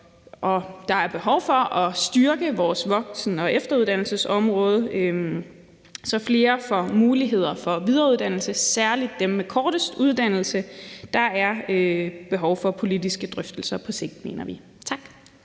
der er behov for at styrke vores voksen- og efteruddannelsesområde, så flere får muligheder for videreuddannelse, særlig dem med kortest uddannelse. Der er behov for politiske drøftelser på sigt, mener vi. Tak.